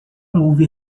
houve